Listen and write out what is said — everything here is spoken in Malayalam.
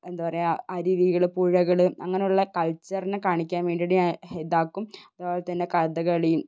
എന്താ പറയുക അരുവികൾ പുഴകൾ അങ്ങനെയുള്ളെ കൾച്ചറിനെ കാണിക്കാൻ വേണ്ടിയിട്ട് ഞാൻ ഇതാക്കും അതുപോലെ തന്നെ കഥകളി